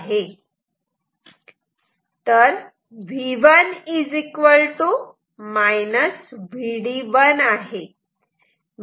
तर V1 Vd1 आहे